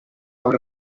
out